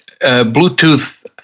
Bluetooth